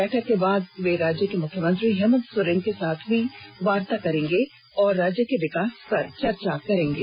बैठक के बाद वे राज्य के मुख्यमंत्री हेमंत सोरेन के साथ भी वार्ता करेंगे और राज्य के विकास पर चर्चा करेंगे